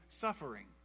suffering